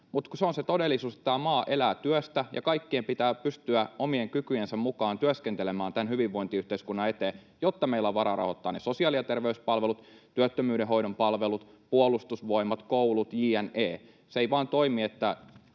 Mutta se on se todellisuus, että tämä maa elää työstä ja kaikkien pitää pystyä omien kykyjensä mukaan työskentelemään tämän hyvinvointiyhteiskunnan eteen, jotta meillä on varaa rahoittaa ne sosiaali- ja terveyspalvelut, työttömyyden hoidon palvelut, Puolustusvoimat, koulut jne. Se ei vaan toimi, jos